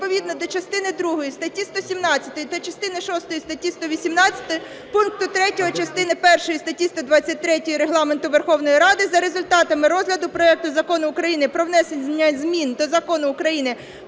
відповідно до частини другої статті 117 та частини шостої статті 118, пункту 3 частини першої статті 123 Регламенту Верховної Ради за результатами розгляду проекту Закону України про внесення змін до Закону України